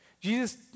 Jesus